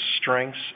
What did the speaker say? strengths